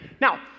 Now